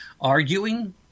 arguing